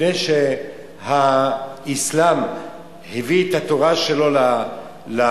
לפני שהאסלאם הביא את התורה שלו למוסלמים,